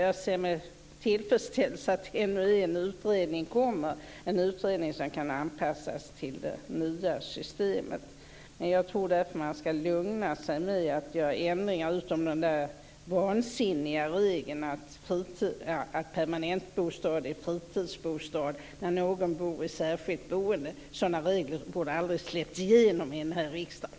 Jag ser med tillfredsställelse att ännu en utredning kommer, en utredning som kan anpassas till det nya systemet. Jag tror därför att man skall lugna sig med att göra ändringar - utom när det gäller den där vansinniga regeln att permanentbostad är fritidsbostad när någon bor i särskilt boende. Sådana regler borde aldrig ha släppts igenom här i riksdagen.